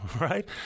right